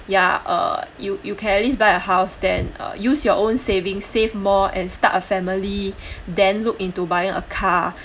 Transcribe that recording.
ya uh you you can at least buy a house then use your own savings save more and start a family then look into buying a car